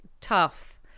tough